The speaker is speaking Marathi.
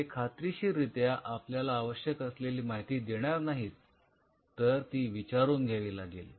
ते खात्रीशीर रित्या आपल्याला आवश्यक असलेली माहिती देणार नाहीत तर ती विचारून घ्यावी लागेल